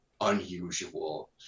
unusual